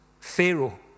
Pharaoh